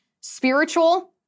spiritual